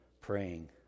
praying